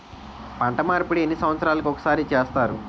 పంట మార్పిడి ఎన్ని సంవత్సరాలకి ఒక్కసారి చేస్తారు?